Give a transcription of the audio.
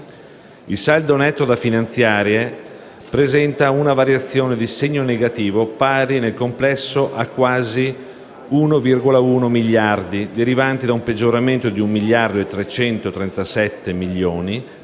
Il saldo netto da finanziare presenta una variazione di segno negativo pari nel complesso a quasi 1,1 miliardi, derivanti da un peggioramento di un miliardo